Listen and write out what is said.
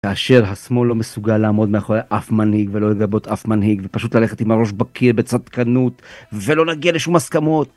כאשר השמאל לא מסוגל לעמוד מאחורי אף מנהיג ולא לגבות אף מנהיג ופשוט ללכת עם הראש בקיר בצדקנות ולא להגיע לשום הסכמות